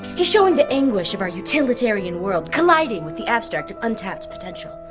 he's showing the anguish of our utilitarian world colliding with the abstract of untapped potential.